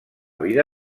vida